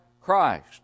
Christ